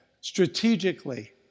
strategically